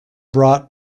brought